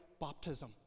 baptism